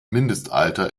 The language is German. mindestalter